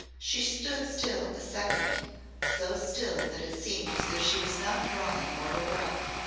she stood still a second so still that it seemed as if she was not drawing mortal breath.